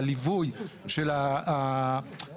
הליווי של תוכניות,